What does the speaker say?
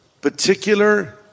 particular